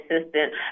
assistant